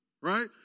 Right